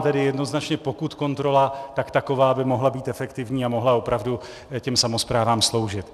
Volám tedy jednoznačně pokud kontrola, tak taková, aby mohla být efektivní a mohla opravdu těm samosprávám sloužit.